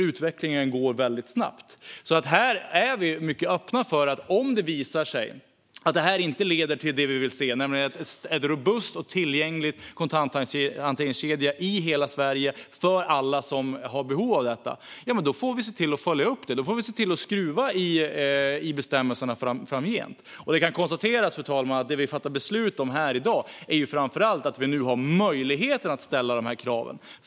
Utvecklingen går nämligen snabbt. Om det visar sig att det inte leder till det vi vill, en robust och tillgänglig kontanthanteringskedja i hela Sverige för alla som har behov av det, får vi se till att följa upp det. Då får vi skruva i bestämmelserna framgent. Fru talman! Det vi fattar beslut om i dag är framför allt att vi ska ha möjlighet att ställa de här kraven.